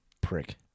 prick